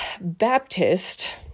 Baptist